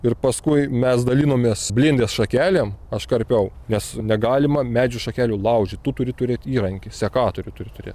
ir paskui mes dalinomės blindės šakelėm aš karpiau nes negalima medžių šakelių laužyt tu turi turėt įrankį sekatorių turi turėt